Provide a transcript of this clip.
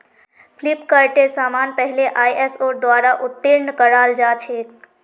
फ्लिपकार्टेर समान पहले आईएसओर द्वारा उत्तीर्ण कराल जा छेक